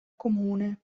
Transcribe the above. comune